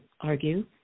argue